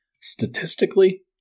statistically